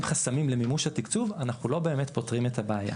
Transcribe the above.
חסמים למימוש התקצוב אנחנו לא באמת פותרים את הבעיה.